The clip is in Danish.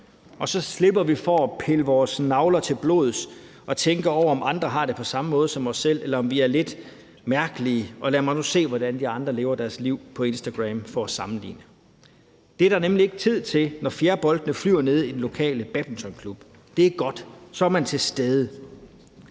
og så slipper vi for at pille vores navler til blods og tænke over, om andre har det på samme måde som os selv, eller om vi er lidt mærkelige, hvor det bliver sådan noget: Lad mig nu se, hvordan de andre lever deres liv, på Instagram for at sammenligne. Det er der nemlig ikke tid til, når fjerboldene flyver nede i den lokale badmintonklub. Det er godt; så er man til stede.